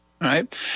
right